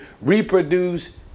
reproduce